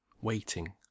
waiting